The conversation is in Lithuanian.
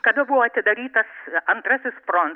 kada buvo atidarytas antrasis front